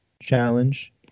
Challenge